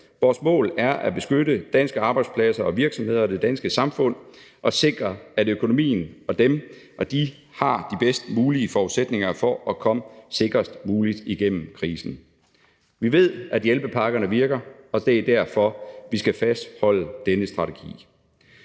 Vores mål er at beskytte danske arbejdspladser og virksomheder i det danske samfund og sikre, at de – og økonomien – har de bedst mulige forudsætninger for at komme sikrest muligt igennem krisen. Vi ved, at hjælpepakkerne virker, og det er derfor, vi skal fastholde denne strategi.